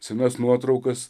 senas nuotraukas